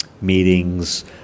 meetings